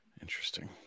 Interesting